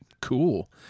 cool